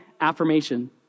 affirmation